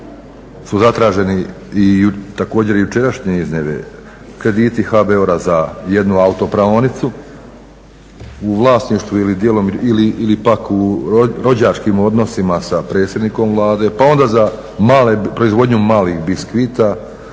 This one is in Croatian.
su zatraženi i također i jučerašnje … krediti HBOR-a za jednu autopraonicu u vlasništvu ili pak u rođačkim odnosima sa predsjednikom Vlade, pa onda za proizvodnju malih biskvita,